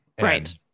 Right